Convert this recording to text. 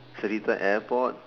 Seletar airport